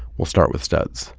we'll start with studs